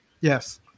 Yes